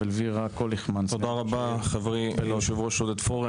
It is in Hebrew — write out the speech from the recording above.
תודה רבה, חברי היושב-ראש עודד פורר.